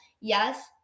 Yes